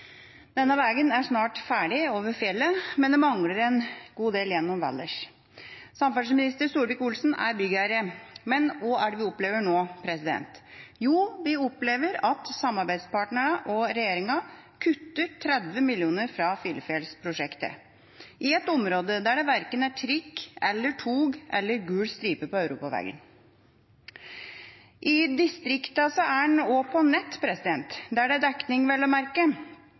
Denne veien er snart ferdig over fjellet, men det mangler en god del gjennom Valdres. Samferdselsminister Solvik-Olsen er byggherre. Men hva er det vi opplever nå? Jo, vi opplever at samarbeidspartnerne og regjeringa kutter 30 mill. kr i Filefjells-prosjektet – i et område der det verken er trikk eller tog eller gul stripe på europaveien. I distriktene er en også på nett – der det er dekning, vel å merke.